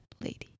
lady